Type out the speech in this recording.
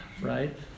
right